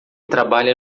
trabalha